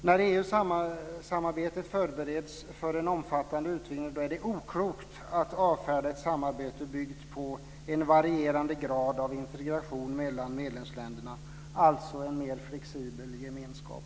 När EU-samarbetet förbereds för en omfattande utvidgning är det oklokt att avfärda ett samarbete byggt på en varierande grad av integration mellan medlemsländerna, alltså en mer flexibel gemenskap.